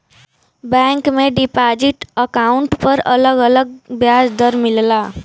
bank में deposit account पर अलग अलग ब्याज दर मिलला